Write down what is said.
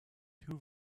two